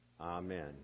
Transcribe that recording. Amen